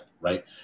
right